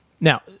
Now